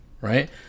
right